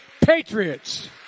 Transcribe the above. patriots